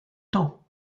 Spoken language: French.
temps